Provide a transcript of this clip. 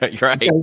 Right